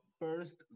first